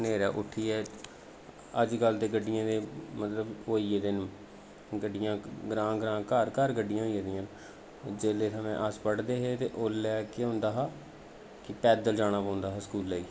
न्हेरै उट्ठियै अजकल ते गड्डियें दे मतलब होई गेदे न गड्डियां ग्रांऽ ग्रांऽ घर घर गड्डियां होई दियां न जेल्लै अस पढ़दे हे ते उसलै केह् होंदा हा कि पैदल जाना पौंदा हा स्कूलै ई